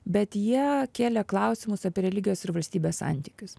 bet jie kėlė klausimus apie religijos ir valstybės santykius